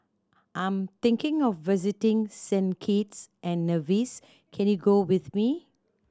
I'm thinking of visiting Saint Kitts and Nevis can you go with me